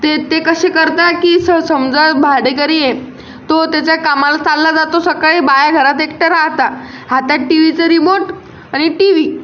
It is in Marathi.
ते ते कसे करता की स समजा भाडेकरी आहे तो त्याच्या कामाला चालला जातो सकाळी बाया घरात एकटं राहतात हातात टी व्हीचा रीमोट आणि टी व्ही